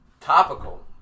topical